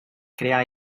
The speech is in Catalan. crear